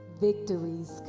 victories